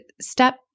step